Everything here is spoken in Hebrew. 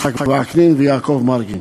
יצחק וקנין ויעקב מרגי.